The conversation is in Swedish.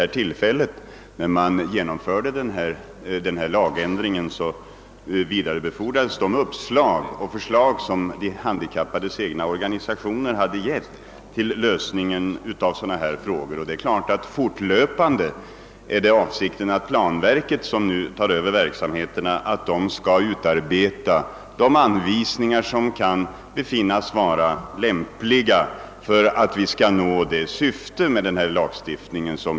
När lagändringen genomfördes vidarebefordrade byggnadsstyrelsen de uppslag och förslag som inkommit från de handikappades egna organisationer, och avsikten är att planverket, som nu tagit över verksamheten, fortlöpande skall utarbeta de anvisningar som kan befinnas lämpliga för alt vi skall nå det ursprungliga syftet med lagstiftningen.